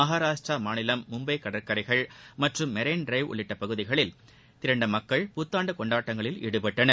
மகாராஷ்டிரா மாநிலம் மும்பை கடற்கரைகள் மற்றும் மெரரன் ட்டிரைவ் உள்ளிட்ட பகுதிகளில் திரண்ட மக்கள் புத்தாண்டு கொண்டாட்டங்களில் ஈடுபட்டனர்